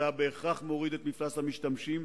אתה בהכרח מוריד את מפלס המשתמשים,